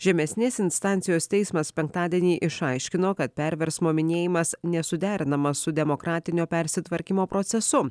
žemesnės instancijos teismas penktadienį išaiškino kad perversmo minėjimas nesuderinamas su demokratinio persitvarkymo procesu